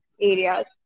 areas